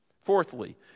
Fourthly